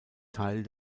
teil